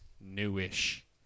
newish